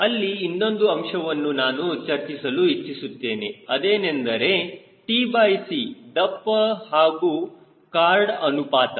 ಅಲ್ಲಿ ಇನ್ನೊಂದು ಅಂಶವನ್ನು ನಾನು ಚರ್ಚಿಸಲು ಇಚ್ಚಿಸುತ್ತೇನೆ ಅದೇನೆಂದರೆ tc ದಪ್ಪ ಹಾಗೂ ಕಾರ್ಡ್ ಅನುಪಾತ